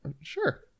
Sure